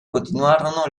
continuarono